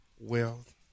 wealth